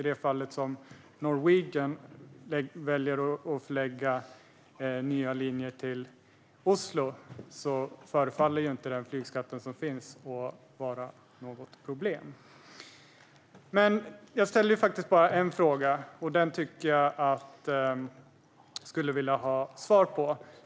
I det fall Norwegian väljer att förlägga nya linjer till Oslo förefaller inte den flygskatt som finns vara något problem. Jag ställde bara en fråga. Den skulle jag vilja ha svar på.